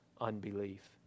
unbelief